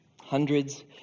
Hundreds